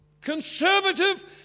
Conservative